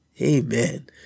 Amen